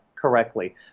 correctly